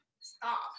stop